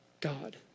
God